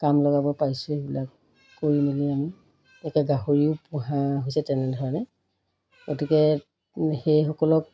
কাম লগাব পাৰিছোঁ সেইবিলাক কৰি মেলি আমি একে গাহৰিও পোহা হৈছে তেনেধৰণে গতিকে সেইসকলক